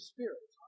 Spirit